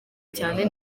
cyane